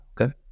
Okay